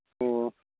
ꯑꯣ